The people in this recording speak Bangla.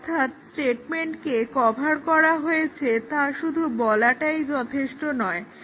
অর্থাৎ স্টেটমেন্টকে কভার করা হয়েছে তা শুধু বলাটাই যথেষ্ট নয়